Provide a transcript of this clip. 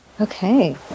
okay